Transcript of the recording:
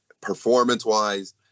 performance-wise